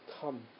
come